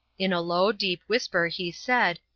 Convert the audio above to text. in a low, deep whisper, he said,